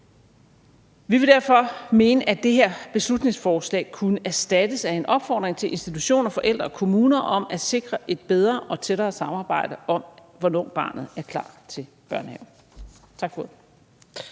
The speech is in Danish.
Vi vil derfor mene, at det her beslutningsforslag kunne erstattes af en opfordring til institutioner, forældre og kommuner om at sikre et bedre og tættere samarbejde om, hvornår barnet er klar til børnehave. Tak for ordet.